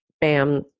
bam